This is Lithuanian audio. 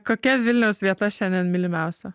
kokia vilniaus vieta šiandien mylimiausia